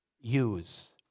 use